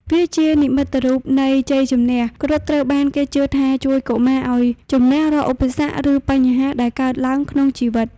វាជានិមិត្តរូបនៃជ័យជំនះ គ្រុឌត្រូវបានគេជឿថាជួយកុមារឱ្យជម្នះរាល់ឧបសគ្គ ឬបញ្ហាដែលកើតឡើងក្នុងជីវិត។